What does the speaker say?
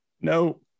No